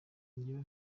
jyewe